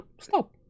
Stop